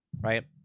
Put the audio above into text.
right